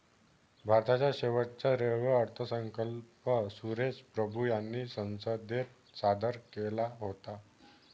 भारताचा शेवटचा रेल्वे अर्थसंकल्प सुरेश प्रभू यांनी संसदेत सादर केला होता